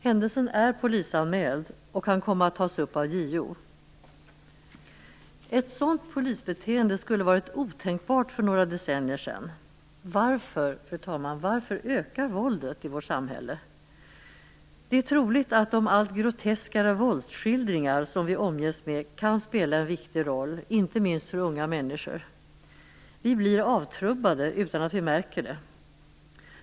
Händelsen är polisanmäld och kan komma att tas upp av JO. Ett sådant polisbeteende skulle ha varit otänkbart för några decennier sedan. Varför, fru talman, ökar våldet i vårt samhälle? Det är troligt att de allt groteskare våldsskildringar som vi omges med kan spela en viktig roll, inte minst för unga människor. Vi blir avtrubbade utan att vi märker det.